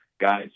guys